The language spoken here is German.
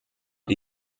die